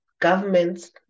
governments